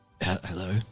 Hello